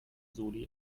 soli